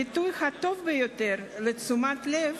הביטוי הטוב ביותר לתשומת הלב